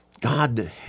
God